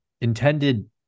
intended